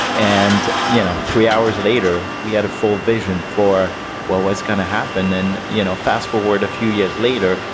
and you know three hours later we had a full vision for what was going to happen and you know fast forward a few years later.